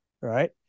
right